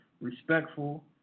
respectful